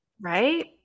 Right